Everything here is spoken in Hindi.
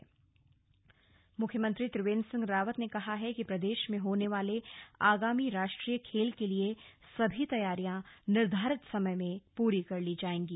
सीएम बैठक मुख्यमंत्री त्रिवेंद्र सिंह रावत ने कहा है कि प्रदेश में होने वाले आगामी राष्ट्रीय खेल के लिए सभी तैयारियां निर्धारित समय में पूरी कर ली जाएंगी